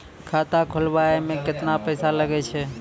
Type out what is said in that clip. खाता खोलबाबय मे केतना पैसा लगे छै?